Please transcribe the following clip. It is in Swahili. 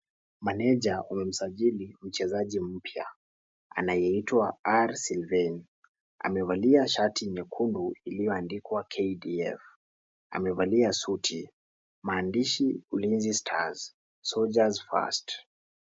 Meneja amemsajili mchezaji mpya anayeitwa R. Silvein. Amevalia shati nyekundu iliyoandikwa KDF. Amevalia suti. Maandishi Ulinzi Stars, soldiers first .